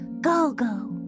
Go-go